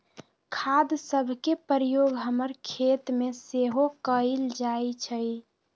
खाद सभके प्रयोग हमर खेतमें सेहो कएल जाइ छइ